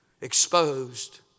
exposed